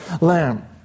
lamb